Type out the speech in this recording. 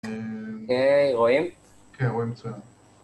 אהה רואים? כן רואים מצוין